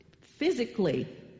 physically